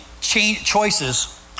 choices